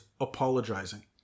apologizing